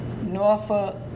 Norfolk